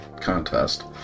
contest